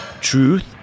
Truth